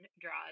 Draws